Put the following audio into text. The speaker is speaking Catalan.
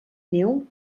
neu